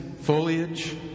foliage